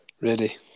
Ready